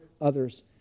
others